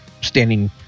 standing